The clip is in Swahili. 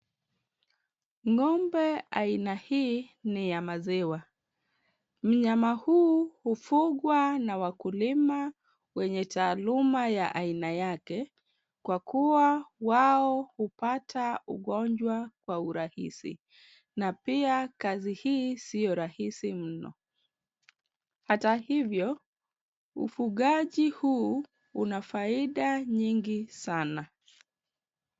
Ng'ombe aina hii ni ya maziwa. Mnyama huu hufugwa na wakulima wenye taaluma ya aina yake kwa kuwa wao hupata ugonjwa kwa urahisi na pia kazi hii sio rahisi mno. Hata hivyo ufugaji huu una faida nyingi sana.